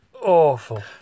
Awful